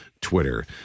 Twitter